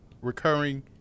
recurring